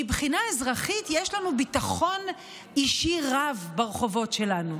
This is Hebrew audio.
מבחינה אזרחית יש לנו ביטחון אישי רב ברחובות שלנו.